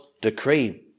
decree